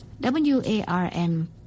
Warm